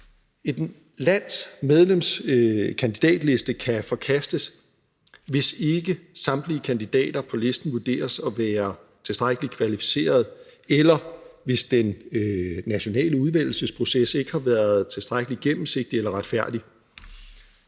Et lands kandidatliste kan forkastes, hvis ikke samtlige kandidater på listen vurderes at være tilstrækkelig kvalificeret, eller hvis den nationale udvælgelsesproces ikke har været tilstrækkelig gennemsigtig eller retfærdig.